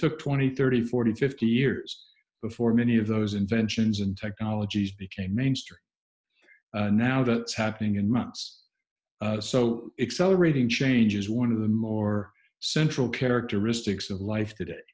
took twenty thirty forty fifty years before many of those inventions and technologies became mainstream now that's happening in months so excel rating changes one of the more central characteristics of life today